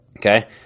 Okay